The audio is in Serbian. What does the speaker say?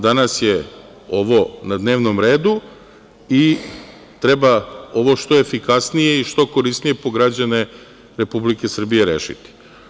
Danas je ovo na dnevnom redu i treba ovo što efikasnije i što korisnije po građane Republike Srbije rešiti.